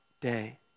day